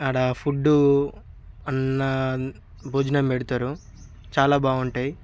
అక్కడ ఫుడ్డు అన్న భోజనం పెడతారు చాలా బాగుంటాయి